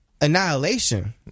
Annihilation